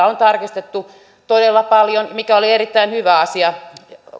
on tarkistettu todella paljon mikä oli erittäin hyvä asia